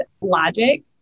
Logic